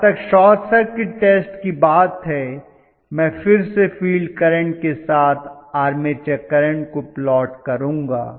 जहां तक short circuit test की बात है मैं फिर से फील्ड करेंट के साथ आर्मेचर करंट को प्लॉट करूंगा